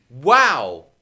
Wow